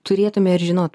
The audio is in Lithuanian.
turėtume ir žinot